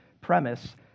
premise